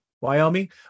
Wyoming